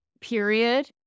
period